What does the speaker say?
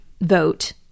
vote